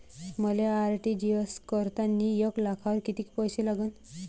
मले आर.टी.जी.एस करतांनी एक लाखावर कितीक पैसे लागन?